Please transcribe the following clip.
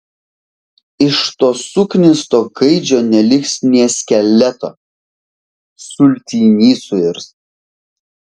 iš to suknisto gaidžio neliks nė skeleto sultiny suirs